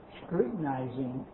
scrutinizing